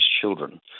children